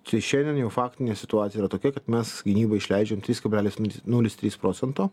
čia šiandien jau faktinė situacija yra tokia kad mes gynybai išleidžiam trys kablelis nulis trys procento